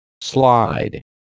Slide